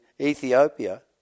Ethiopia